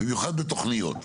במיוחד בתוכניות.